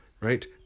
right